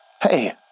Hey